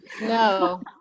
no